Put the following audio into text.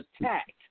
attacked